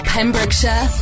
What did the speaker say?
Pembrokeshire